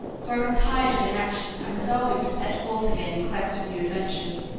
growing tired of inaction and resolving to set forth again in quest of new adventures.